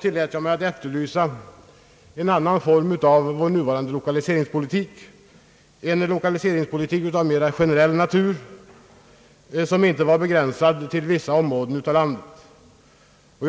tillät jag mig att efterlysa en annan form av vår nuvarande lokaliseringspolitik, en lokaliseringspolitik av mera generell natur, som inte var begränsad till vissa områden av landet.